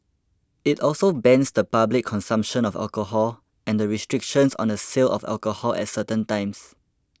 it also bans the public consumption of alcohol and restrictions on the sale of alcohol at certain times